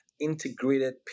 integrated